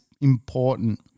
important